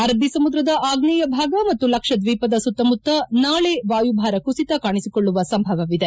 ಅರಣ್ಣ ಸಮುದ್ರದ ಆಗ್ನೇಯ ಭಾಗ ಮತ್ತು ಲಕ್ಷದ್ವೀಪದ ಸುತ್ತಮುತ್ತ ನಾಳೆ ವಾಯುಭಾರ ಕುಸಿತ ಕಾಣಿಸಿಕೊಳ್ಳುವ ಸಂಭವವಿದೆ